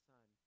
Son